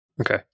Okay